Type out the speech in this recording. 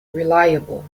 reliable